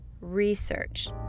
research